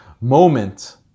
moment